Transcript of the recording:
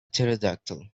pterodactyl